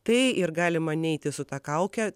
tai ir galima neiti su ta kauke